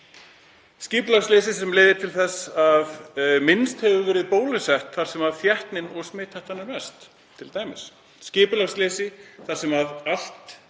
Skipulagsleysi sem leiðir til þess að minnst hefur verið bólusett þar sem þéttnin og smithættan er mest. Skipulagsleysi þar sem allt